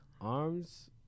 Arms